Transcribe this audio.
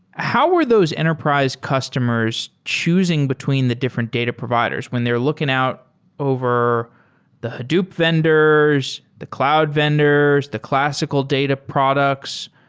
how were those enterprise customers choosing between the different data providers when they're looking out over the hadoop vendors, the cloud vendors, the classical data products?